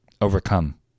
overcome